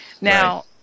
Now